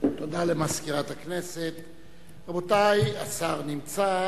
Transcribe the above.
החלת החוק הישראלי על כל היישובים היהודיים בשטחי יהודה והשומרון,